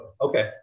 okay